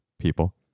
people